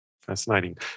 Fascinating